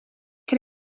can